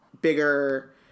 bigger